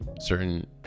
certain